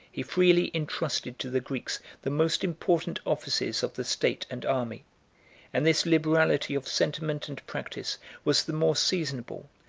he freely intrusted to the greeks the most important offices of the state and army and this liberality of sentiment and practice was the more seasonable,